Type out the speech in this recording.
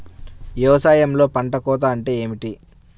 వ్యవసాయంలో పంట కోత అంటే ఏమిటి?